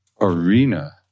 arena